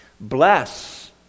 Bless